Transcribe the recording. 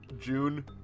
June